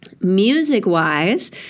Music-wise